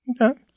Okay